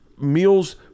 meals